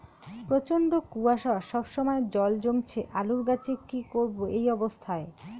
প্রচন্ড কুয়াশা সবসময় জল জমছে আলুর গাছে কি করব এই অবস্থায়?